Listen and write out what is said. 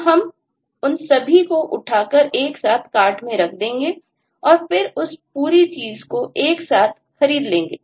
तो हम उन सभी को उठाकर एक साथ Cart में रख देंगे और फिर उस पूरी चीज़ को एक साथ खरीद लेंगे